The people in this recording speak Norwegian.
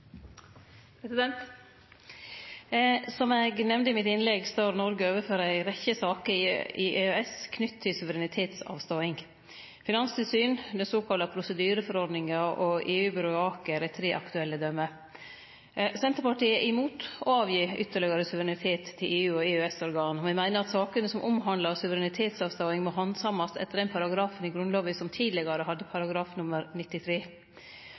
Som eg nemnde i mitt innlegg, står Noreg overfor ei rekkje saker i EØS knytte til suverenitetsavståing. Finanstilsyn, den såkalla prosedyreforordninga og EU-byrået ACER er tre aktuelle døme. Senterpartiet er imot å gi frå seg ytterlegare suverenitet til EU og EØS-organ. Me meiner at dei sakene som omhandlar suverenitetsavståing, må handsamast etter den paragrafen i Grunnlova som tidlegare hadde paragrafnummer 93.